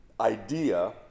idea